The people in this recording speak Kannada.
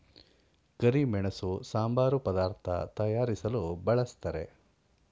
ಕರಿಮೆಣಸು ಸಾಂಬಾರು ಪದಾರ್ಥ ತಯಾರಿಸಲು ಬಳ್ಸತ್ತರೆ